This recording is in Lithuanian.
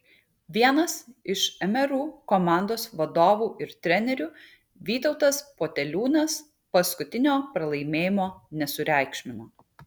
vienas iš mru komandos vadovų ir trenerių vytautas poteliūnas paskutinio pralaimėjimo nesureikšmino